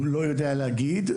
אני לא יודע להגיד.